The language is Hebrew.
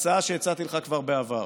הצעה שהצעתי לך כבר בעבר